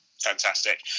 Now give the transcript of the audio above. fantastic